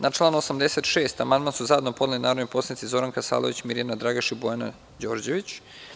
Na član 86. amandman su zajedno podneli narodni poslanici Zoran Kasalović, Mirjana Dragaš i Bojana Đorđević.